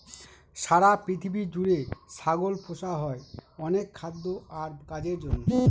সারা পৃথিবী জুড়ে ছাগল পোষা হয় অনেক খাদ্য আর কাজের জন্য